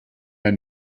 der